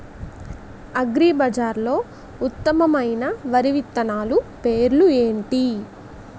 అగ్రిబజార్లో ఉత్తమమైన వరి విత్తనాలు పేర్లు ఏంటి?